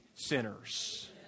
sinners